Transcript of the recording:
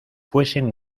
fuesen